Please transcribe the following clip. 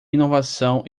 inovação